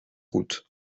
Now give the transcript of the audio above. route